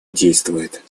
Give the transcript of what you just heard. действует